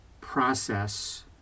process